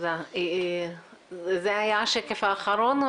זה היה השקף האחרון?